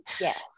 Yes